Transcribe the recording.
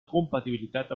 compatibilitat